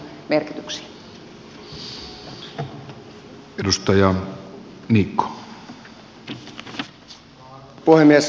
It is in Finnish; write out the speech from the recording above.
arvoisa puhemies